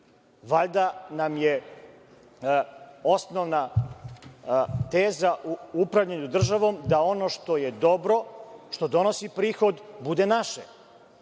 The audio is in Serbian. Valjda nam je osnovna teza u upravljanju državom da ono što je dobro, što donosi prihod bude naše.